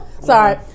sorry